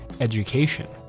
education